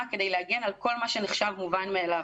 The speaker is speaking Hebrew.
כדי להגן על כל מה שנחשב מובן מאליו.